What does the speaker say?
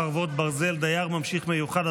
חרבות ברזל) (דייר ממשיך מיוחד),